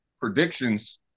predictions